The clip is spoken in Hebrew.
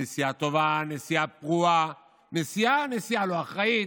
נסיעה טובה, נסיעה פרועה, נסיעה לא אחראית.